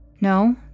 No